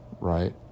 right